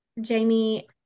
Jamie